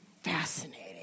fascinating